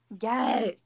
yes